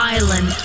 Island